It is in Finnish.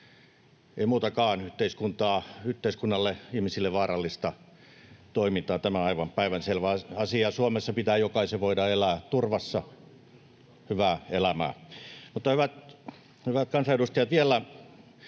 ei muutakaan yhteiskunnalle, ihmisille vaarallista toimintaa. Tämä on aivan päivänselvä asia. Suomessa pitää jokaisen voida elää turvassa hyvää elämää. Mutta, hyvät kansanedustajat, vielä